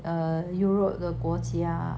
err europe 的国家